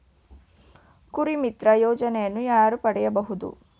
ಕುರಿಮಿತ್ರ ಯೋಜನೆಯನ್ನು ಯಾರು ಪಡೆಯಬಹುದು?